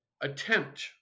attempt